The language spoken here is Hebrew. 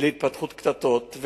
ולהתפתחות קטטות.